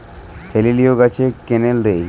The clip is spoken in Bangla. হেলিলিও গাছে ক্যানেল দেয়?